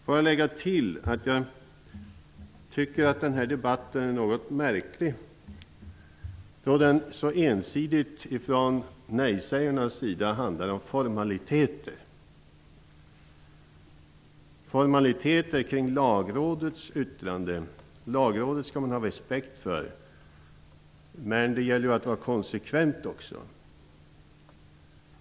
Låt mig dessutom tillägga att jag tycker att denna debatt är något märklig, eftersom den så ensidigt från nejsägarnas sida handlar om formaliteter. Den handlar om formaliteter om Lagrådets yttrande. Lagrådet skall man ha respekt för, men det gäller att man är konsekvent också.